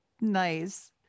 Nice